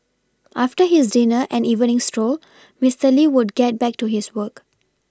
after his dinner and evening stroll Mister Lee would get back to his work